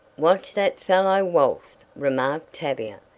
watch that fellow waltz, remarked tavia.